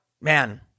man